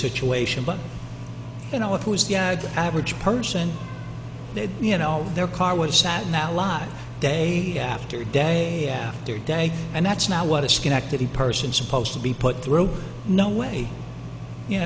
situation but you know it was the average person that you know their car was sad now live day after day after day and that's not what a schenectady person supposed to be put through no way you